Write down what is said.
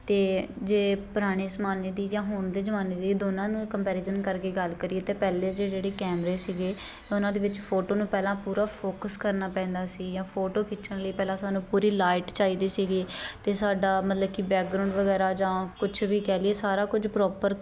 ਅਤੇ ਜੇ ਪੁਰਾਣੇ ਜ਼ਮਾਨੇ ਦੀ ਜਾਂ ਹੁਣ ਦੇ ਜ਼ਮਾਨੇ ਦੀ ਦੋਨਾਂ ਨੂੰ ਕੰਪੈਰੀਜ਼ਨ ਕਰਕੇ ਗੱਲ ਕਰੀਏ ਅਤੇ ਪਹਿਲੇ 'ਚ ਜਿਹੜੇ ਕੈਮਰੇ ਸੀਗੇ ਉਹਨਾਂ ਦੇ ਵਿੱਚ ਫੋਟੋ ਨੂੰ ਪਹਿਲਾਂ ਪੂਰਾ ਫੋਕੱਸ ਕਰਨਾ ਪੈਂਦਾ ਸੀ ਜਾਂ ਫੋਟੋ ਖਿੱਚਣ ਲਈ ਪਹਿਲਾਂ ਸਾਨੂੰ ਪੂਰੀ ਲਾਈਟ ਚਾਹੀਦੀ ਸੀਗੀ ਅਤੇ ਸਾਡਾ ਮਤਲਬ ਕਿ ਬੈਕਗਰਾਊਂਡ ਵਗੈਰਾ ਜਾਂ ਕੁਛ ਵੀ ਕਹਿ ਲਈਏ ਸਾਰਾ ਕੁਝ ਪ੍ਰੋਪਰ